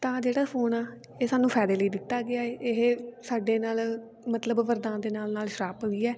ਤਾਂ ਜਿਹੜਾ ਫੋਨ ਆ ਇਹ ਸਾਨੂੰ ਫਾਇਦੇ ਲਈ ਦਿੱਤਾ ਗਿਆ ਹੈ ਇਹ ਸਾਡੇ ਨਾਲ ਮਤਲਬ ਵਰਦਾਨ ਦੇ ਨਾਲ ਨਾਲ ਸ਼ਰਾਪ ਵੀ ਹੈ